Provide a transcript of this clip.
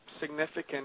significant